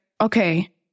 okay